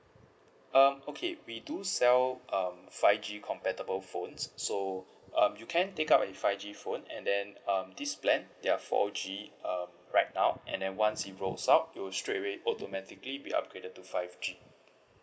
um okay we do sell um five G compatible phones so um you can take up a five G phone and then um this plan they are four G um right now and then once it rolls out it will straightaway automatically be upgraded to five G